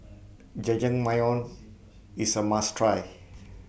Jajangmyeon IS A must Try